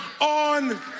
on